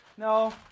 No